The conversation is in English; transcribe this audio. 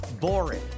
boring